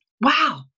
wow